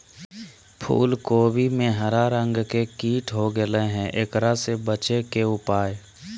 फूल कोबी में हरा रंग के कीट हो गेलै हैं, एकरा से बचे के उपाय?